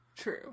True